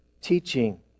teaching